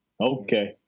Okay